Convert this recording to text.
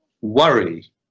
worry